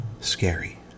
scary